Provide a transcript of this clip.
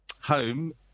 Home